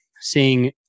seeing